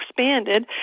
expanded